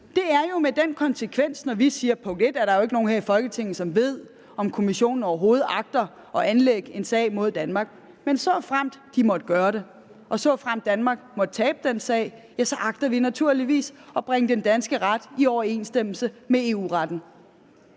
Det har jo den konsekvens, når vi siger, punkt 1, at der jo ikke er nogen her i Folketinget, som ved, om Kommissionen overhovedet agter at anlægge en sag mod Danmark, men såfremt den måtte gøre det, og såfremt Danmark måtte tabe den sag, ja, så agter vi, punkt 2, naturligvis at bringe den danske ret i overensstemmelse med EU-retten.